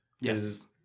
Yes